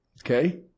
Okay